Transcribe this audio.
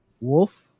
wolf